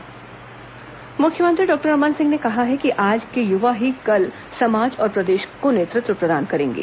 मुख्यमंत्री युवा संवाद मुख्यमंत्री डॉक्टर रमन सिंह ने कहा है कि आज के युवा ही कल समाज और प्रदेश को नेतृत्व प्रदान करेंगे